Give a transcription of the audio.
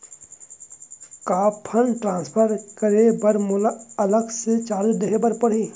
का fund transfer करे बर मोला अलग से चार्ज देहे बर परही?